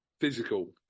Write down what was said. physical